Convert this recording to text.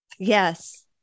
Yes